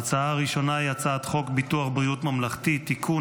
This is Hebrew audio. ההצעה הראשונה היא הצעת חוק ביטוח בריאות ממלכתי (תיקון,